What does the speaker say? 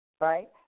right